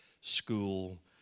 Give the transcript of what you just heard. school